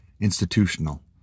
institutional